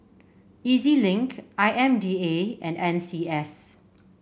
E Z Link I M D A and N C S